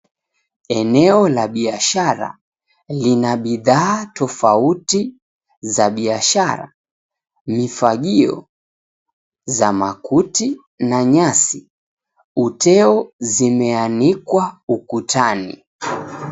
Eneo la biashara lina bidhaa tofauti za biashara. Mifagio za makuti na nyasi. Uteo zimeanikwa ukutani.